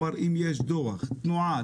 אם יש דוח תנועה,